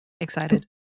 excited